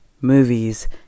movies